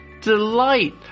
Delight